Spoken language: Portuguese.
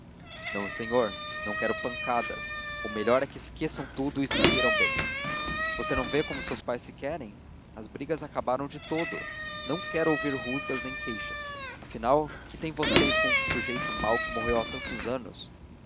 não senhor não quero pancadas o melhor é que esqueçam tudo e se queiram bem você não vê como seus pais se querem as brigas acabaram de todo não quero ouvir rusgas nem queixas afinal que têm vocês com um sujeito mau que morreu há tantos anos